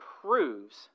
proves